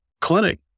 clinic